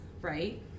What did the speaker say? right